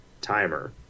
timer